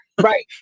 Right